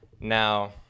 Now